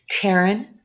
Taryn